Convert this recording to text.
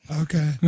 okay